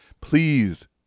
Please